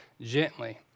gently